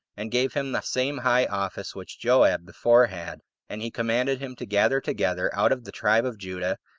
and gave him the same high office which joab before had and he commanded him to gather together, out of the tribe of judah,